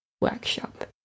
workshop